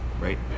right